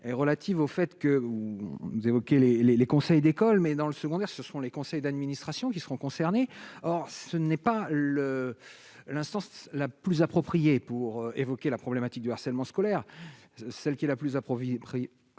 relative au fait que, ou vous évoquez les, les, les conseils d'école, mais dans le secondaire, ce sont les conseils d'administration qui seront concernés, or ce n'est pas le l'instance la plus appropriée pour évoquer la problématique du harcèlement scolaire, celle qui est la plus appropriée,